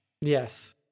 yes